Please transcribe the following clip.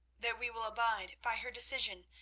that we will abide by her decision,